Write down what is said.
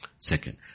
Second